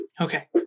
Okay